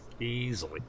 Easily